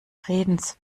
redens